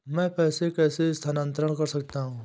मैं पैसे कैसे स्थानांतरण कर सकता हूँ?